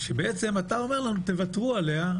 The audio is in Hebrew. ואתה בעצם אומר לנו - תוותרו עליה,